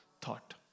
thought